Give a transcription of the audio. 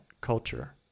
culture